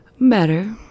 Better